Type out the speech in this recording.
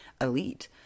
elite